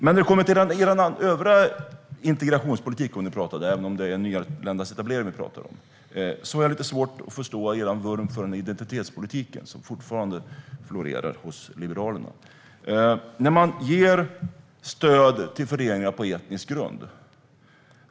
Vi talar om nyanländas etablering, men när det gäller er övriga integrationspolitik har jag lite svårt att förstå den vurm för identitetspolitiken som fortfarande florerar hos Liberalerna och som innebär att man ger stöd till föreningar på etnisk grund.